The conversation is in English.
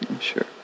Sure